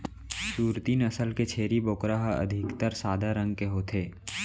सूरती नसल के छेरी बोकरा ह अधिकतर सादा रंग के होथे